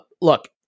Look